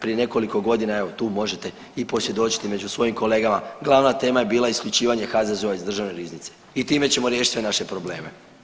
Prije nekoliko godina, evo tu možete i posvjedočiti među svojim kolegama glavna tema je bila isključivanje HZZO-a iz državne riznice i time ćemo riješiti sve naše probleme.